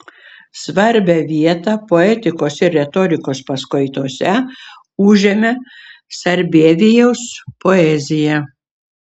svarbią vietą poetikos ir retorikos paskaitose užėmė sarbievijaus poezija